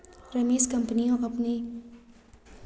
रमेश कंपनियां अपने कर्मचारियों को भविष्य निधि किसलिए देती हैं?